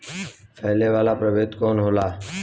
फैले वाला प्रभेद कौन होला?